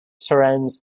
surrounds